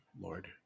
Lord